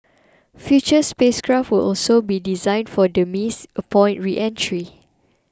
future spacecraft will also be 'designed for demise' upon reentry